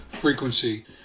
frequency